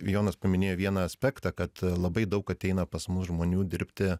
jonas paminėjo vieną aspektą kad labai daug ateina pas mus žmonių dirbti